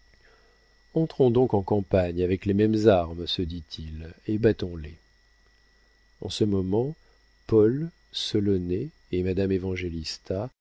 entrons donc en campagne avec les mêmes armes se dit-il et battons les en ce moment paul solonet et madame